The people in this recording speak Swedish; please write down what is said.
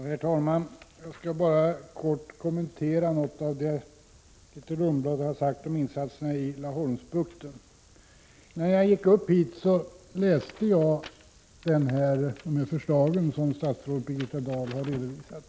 Herr talman! Jag skall bara kortfattat kommentera något av det Grethe Lundblad sade om insatserna i Laholmsbukten. Jag har just läst de förslag som statsrådet Birgitta Dahl har redovisat.